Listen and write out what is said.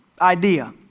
idea